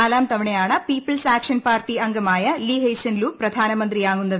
നാലാം തവണയാണ് People's Action Party അംഗമായ ലീ ഹ്സിയൻ ലൂംഗ് പ്രധാര്ഭ്മന്ത്രിയാകുന്നത്